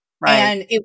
Right